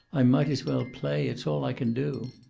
i might as well play. it's all i can do.